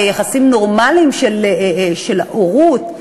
יחסים נורמליים של הורות,